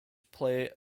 play